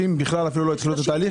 30 עדיין לא התחילו את התהליך?